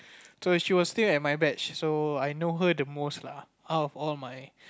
so she was still at my batch so I know her the most lah out of all my